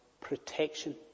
protection